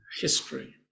history